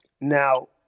Now